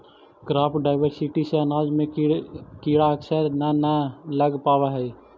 crop diversity से अनाज में कीड़ा अक्सर न न लग पावऽ हइ